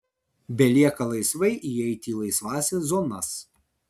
belieka laisvai įeiti į laisvąsias zonas